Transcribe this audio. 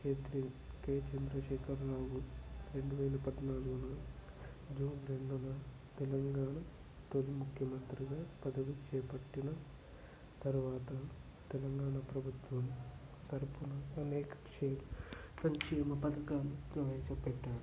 కే చంద్రశేఖర్ రావు రెండు వేల పద్నాలుగున జూన్ రెండున తెలంగాణ తొలి ముఖ్యమంత్రిగా పదవి చేపట్టిన తరువాత తెలంగాణ ప్రభుత్వం తరపున అనేక క్షే సంక్షేమ పథకాలు ప్రవేశపెట్టారు